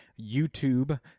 YouTube